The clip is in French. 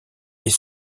est